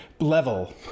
level